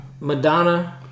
Madonna